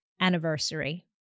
anniversary